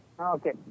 Okay